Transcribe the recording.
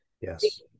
Yes